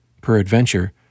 Peradventure